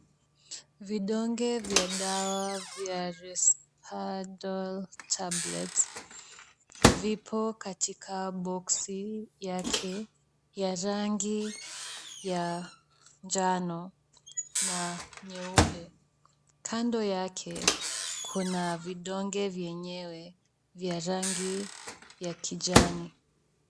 Vidonge vya dawa vya Resperdal tablets vipo katika boksi yake ya rangi ya njano na nyeupe. Kando yake kuna vidonge vyenyewe vya rangi ya kijani.